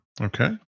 Okay